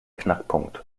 knackpunkt